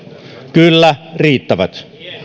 kyllä riittävät